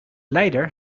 leider